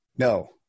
No